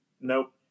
nope